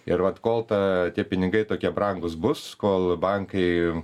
ir vat kol tą tie pinigai tokie brangūs bus kol bankai